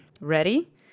Ready